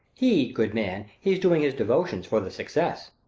he good man, he's doing his devotions for the success.